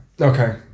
Okay